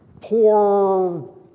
poor